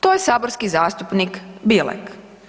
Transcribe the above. To je saborski zastupnik Bilek.